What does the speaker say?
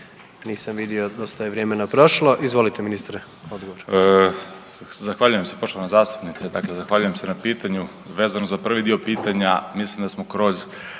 nisam vidio dosta je vremena prošlo. Izvolite ministre odgovor. **Aladrović, Josip (HDZ)** Zahvaljujem se poštovana zastupnice, dakle zahvaljujem se na pitanju. Vezano za prvi dio pitanja mislim da smo kroz